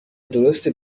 درسته